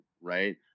right